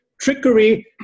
trickery